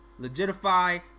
legitify